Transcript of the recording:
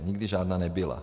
Nikdy žádná nebyla.